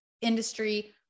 industry